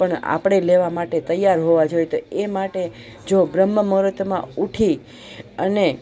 પણ આપણે લેવા માટે તૈયાર હોવા જોઈએ તો એ માટે જો બ્રહ્મ મૂરતમાં ઉઠી અને